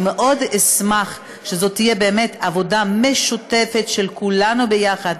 מאוד אשמח שזאת תהיה באמת עבודה משותפת של כולנו ביחד: